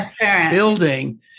building